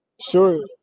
sure